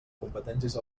competències